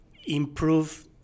improve